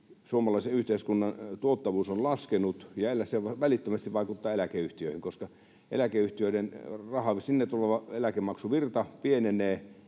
suomalaisen yhteiskunnan tuottavuus on laskenut ja se välittömästi vaikuttaa eläkeyhtiöihin. Koska eläkeyhtiöihin tuleva eläkemaksuvirta pienenee,